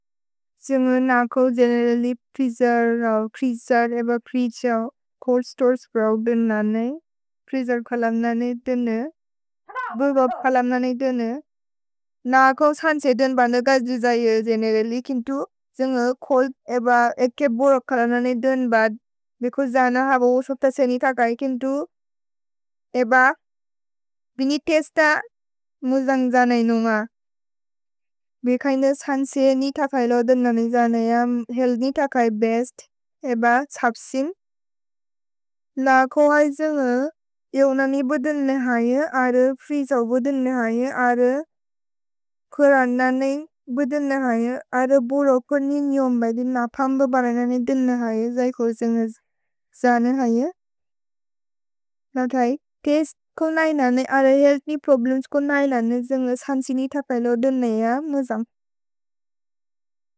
जुन्गु नकव् generally freezer रओ, क्रिजर् एब क्रिजव् खोल् स्तोर् स्प्रओ देन् नने, फ्रिजर् खलम् नने देने, बुल्बप् खलम् नने देने। नकव् सन्से देन् बन्द गज् दुजै ए गेनेरलि, किन्तु जुन्गु खोल् एब एके बोरक् खलम् नने देने बद्, बेकु जन हब ओसोप्त सेनि थकै, किन्तु एब बिनि तेस्त मुजन्ग् जन इनुम। भेकैन सन्से नि थकै लो देन् नने जन एअ हेअल्थ् नि थकै बेस्त्, एब त्सप्सिन्। नकव् है जुन्गु जौ ननि बुदेन् नने है, अर्र फ्रिजव् बुदेन् नने है, अर्र कोरन नने बुदेन् नने है, अर्र बोरक् कोनि नि उम्बैदिन् नपम्ब बद् नने दिन् नने है, जैकव् जुन्गु जन है। नकव् है, तेस्त् कोन् नने नने, अर्र हेअल्थ् नि प्रोब्लेम्स् कोन् नने नने, जिन्गस् सन्से नि थकै लो देन् न एअ मुजन्ग्।